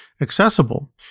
accessible